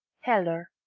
heller,